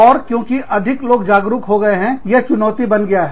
और क्योंकि लोग अधिक जागरूक हो गए हैं यह चुनौती बन गया है